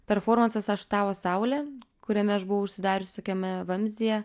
performansas aš tavo saulė kuriame aš buvau užsidarius tokiame vamzdyje